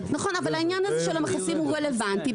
נכון, אבל העניין הזה של המכסים הוא רלוונטי.